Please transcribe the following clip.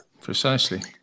Precisely